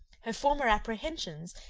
her former apprehensions,